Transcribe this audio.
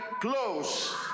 close